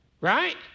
Right